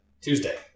Tuesday